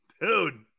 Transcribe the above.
Dude